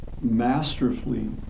masterfully